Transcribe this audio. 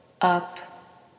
up